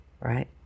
Right